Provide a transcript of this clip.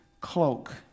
cloak